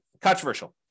controversial